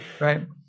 Right